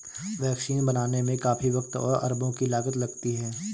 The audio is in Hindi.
वैक्सीन बनाने में काफी वक़्त और अरबों की लागत लगती है